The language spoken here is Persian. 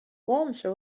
گمشو